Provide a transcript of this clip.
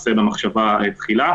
מעשה במחשבה תחילה.